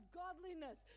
godliness